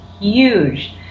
huge